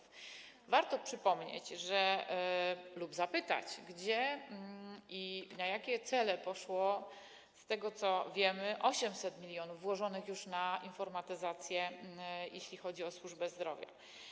Warto przypomnieć lub zapytać, gdzie i na jakie cele poszło, z tego, co wiemy, 800 mln wyłożonych już na informatyzację, jeśli chodzi o służbę zdrowia.